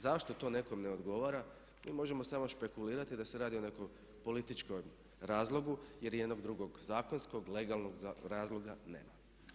Zašto to nekom ne odgovara mi možemo samo špekulirati da se radi o nekom političkom razlogu, jer nekog drugog zakonskog legalnog razloga nema.